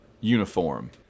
uniform